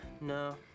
No